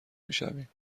میشویم